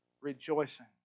rejoicing